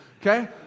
okay